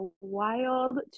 wild